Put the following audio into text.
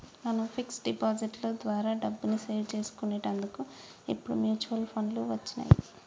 మనం fix deposit లో ద్వారా డబ్బుని సేవ్ చేసుకునేటందుకు ఇప్పుడు మ్యూచువల్ ఫండ్లు వచ్చినియ్యి